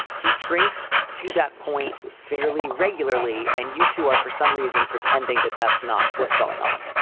he drinks to that point fairly regularly. and youtube are for some reason pretending that that's not what's going on.